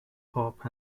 pop